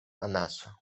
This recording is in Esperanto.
anaso